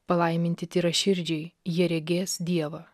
palaiminti tyraširdžiai jie regės dievą